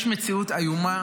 יש מציאות איומה,